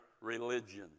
religion